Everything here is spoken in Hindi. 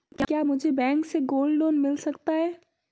क्या मुझे बैंक से गोल्ड लोंन मिल सकता है?